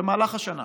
במהלך השנה.